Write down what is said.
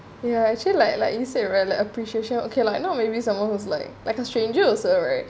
ya actually like like you said right like a appreciation okay like you know maybe someone who's like like a stranger also right